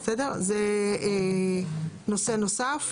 זה נושא נוסף.